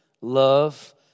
love